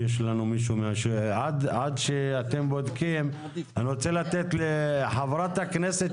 עד שאתם בודקים אני רוצה לתת לחברת הכנסת